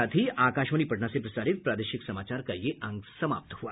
इसके साथ ही आकाशवाणी पटना से प्रसारित प्रादेशिक समाचार का ये अंक समाप्त हुआ